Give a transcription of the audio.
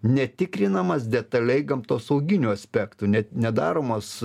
netikrinamas detaliai gamtosauginiu aspektu net nedaromos